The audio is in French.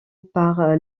par